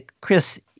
Chris